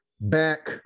back